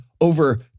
over